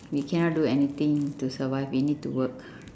we cannot do anything to survive we need to work